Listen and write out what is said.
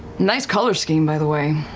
nice color scheme, by the way.